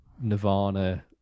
nirvana